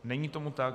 Není tomu tak.